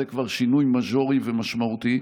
זה כבר שינוי מז'ורי ומשמעותי.